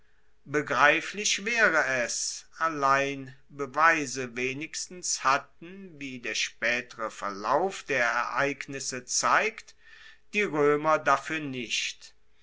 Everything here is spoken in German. begreiflich waere es allein beweise wenigstens hatten wie der spaetere verlauf der ereignisse zeigt die roemer dafuer nicht